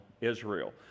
Israel